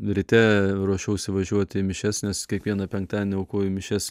ryte ruošiausi važiuoti į mišias nes kiekvieną penktadienį aukoju mišias